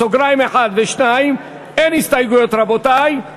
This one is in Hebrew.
ו-(2) אין הסתייגויות, רבותי.